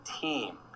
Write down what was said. team